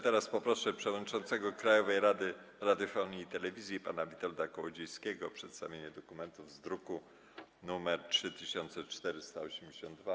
Teraz poproszę przewodniczącego Krajowej Rady Radiofonii i Telewizji pana Witolda Kołodziejskiego o przedstawienie dokumentów z druku nr 3482.